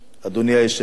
אדוני היושב-ראש.